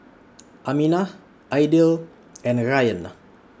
Aminah Aidil and Ryan